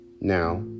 Now